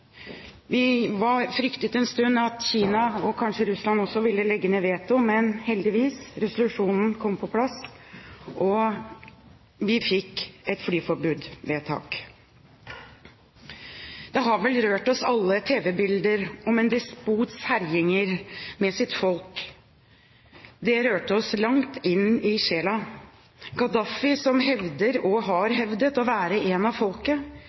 Vi fryktet en stund at Kina, og kanskje også Russland, ville legge ned veto. Men heldigvis så kom resolusjonen på plass, og vi fikk et flyforbudsvedtak. Det har vel rørt oss alle: tv-bilder av en despots herjinger med sitt folk. Det rørte oss langt inn i sjelen. Gaddafi, som hevder, og har hevdet, å være en av folket,